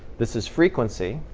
this is frequency.